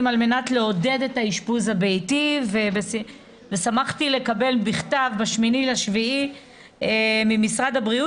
על מנת לעודד את האשפוז הביתי ושמחתי לקבל בכתב ב-8.7 ממשרד הבריאות,